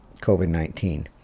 COVID-19